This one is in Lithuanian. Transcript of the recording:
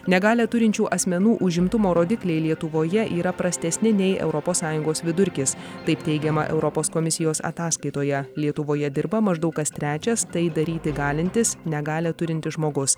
negalią turinčių asmenų užimtumo rodikliai lietuvoje yra prastesni nei europos sąjungos vidurkis taip teigiama europos komisijos ataskaitoje lietuvoje dirba maždaug kas trečias tai daryti galintis negalią turintis žmogus